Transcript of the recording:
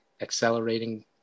accelerating